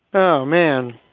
oh, man.